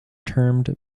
termed